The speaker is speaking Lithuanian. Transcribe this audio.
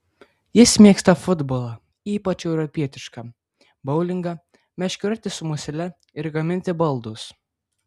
jis mėgsta futbolą ypač europietišką boulingą meškerioti su musele ir gaminti baldus